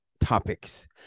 topics